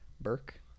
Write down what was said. Burke